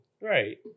Right